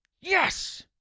Yes